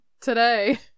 today